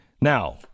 Now